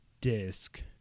disc